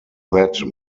that